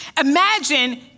Imagine